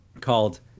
called